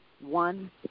one